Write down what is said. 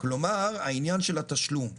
כלומר העניין של התשלום.